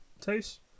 taste